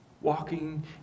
walking